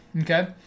Okay